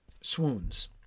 swoons